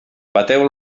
bateu